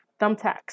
thumbtacks